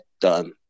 done